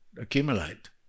accumulate